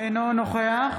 אינו נוכח